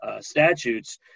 statutes